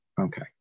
Okay